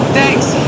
Thanks